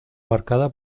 marcada